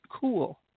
cool